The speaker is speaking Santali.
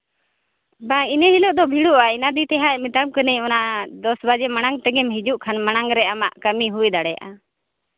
ᱵᱟᱭ ᱤᱱᱟᱹ ᱦᱤᱞᱚᱜ ᱫᱚ ᱵᱷᱤᱲᱚᱜᱼᱟ ᱚᱱᱟ ᱠᱷᱟᱹᱛᱤᱨ ᱛᱮ ᱦᱟᱸᱜ ᱢᱮᱛᱟᱢ ᱠᱟᱱᱟᱧ ᱚᱱᱟ ᱫᱚᱥ ᱵᱟᱡᱮ ᱢᱟᱲᱟᱝ ᱛᱮᱜᱮᱢ ᱦᱤᱡᱩᱜ ᱠᱷᱟᱱ ᱢᱟᱲᱟᱝ ᱨᱮ ᱟᱢᱟᱜ ᱠᱟᱹᱢᱤ ᱦᱩᱭ ᱫᱟᱲᱮᱭᱟᱜᱼᱟ